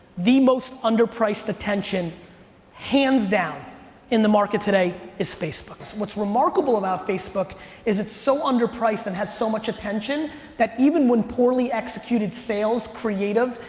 the most under-priced attention hands-down in the market today is facebook. what's remarkable about facebook is it's so under-priced and has so much attention that even when poorly executed sales, creative,